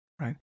right